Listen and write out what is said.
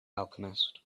alchemist